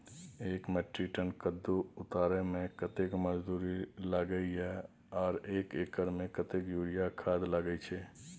एक metric tonne कद्दू उतारे में कतेक मजदूरी लागे इ आर एक एकर में कतेक यूरिया खाद लागे छै?